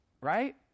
Right